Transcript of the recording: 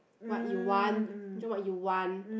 what you want join what you want